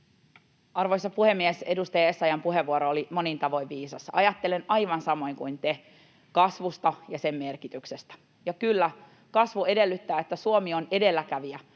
Arvoisa puhemies! Edustaja Essayah’n puheenvuoro oli monin tavoin viisas. Ajattelen aivan samoin kuin te kasvusta ja sen merkityksestä, ja kyllä kasvu edellyttää, että Suomi on edelläkävijä,